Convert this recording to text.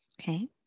Okay